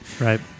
Right